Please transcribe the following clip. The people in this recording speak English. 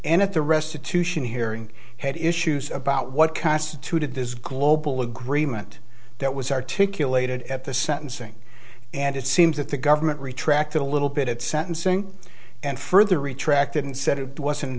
and at the restitution hearing had issues about what constituted this global agreement that was articulated at the sentencing and it seems that the government retracted a little bit at sentencing and further retracted and said it wasn't a